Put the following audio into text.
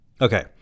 Okay